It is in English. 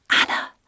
Anna